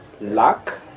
luck